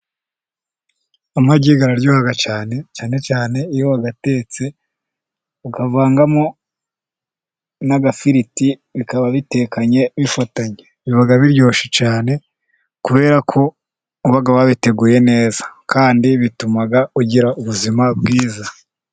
Amagi araryoha cyane, cyane cyane iyo wayatetse ukavangamo n'agafiriti, bikaba bitekanye bifatanye biba biryoshye cyane, kubera ko uba wabiteguye neza kandi bituma ugira ubuzima bwiza.